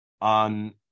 on